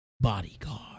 bodyguard